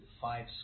five